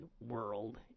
World